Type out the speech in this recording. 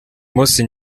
munsi